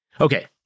Okay